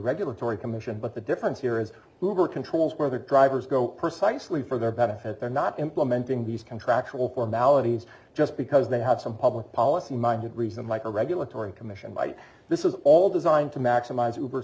regulatory commission but the difference here is whoever controls where the drivers go pers eisley for their benefit they're not implementing these contractual formalities just because they have some public policy minded reason like a regulatory commission might this is all designed to maximize hooper